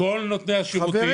כל נותני השירותים.